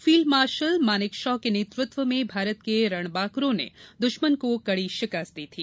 field marshal Manekshaw के नेतत्व में भारत के रणबांकरों ने दृश्मन को कड़ी शिकस्त दी थी